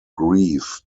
grieve